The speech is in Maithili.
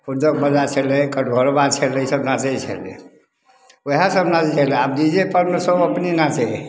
खुरदर बला छै खटघोरबा छलै ई सब नाचै छलै वएह सब नाचै छलै आब डी जे पर ने सब अपने नाचैया